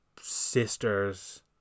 Sister's